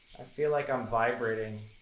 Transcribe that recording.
feel like i'm vibrating.